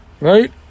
Right